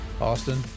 Austin